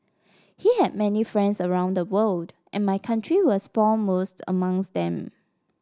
he had many friends around the world and my country was foremost amongst them